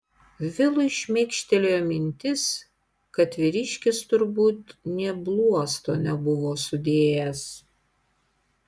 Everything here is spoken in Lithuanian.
vilui šmėkštelėjo mintis kad vyriškis turbūt nė bluosto nebuvo sudėjęs